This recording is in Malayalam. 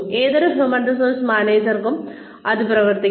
ഏതൊരു ഹ്യൂമൻ റിസോഴ്സ് മാനേജർക്കും ഇത് ആവർത്തിക്കും